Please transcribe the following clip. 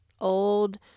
old